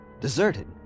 deserted